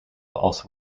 also